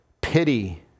pity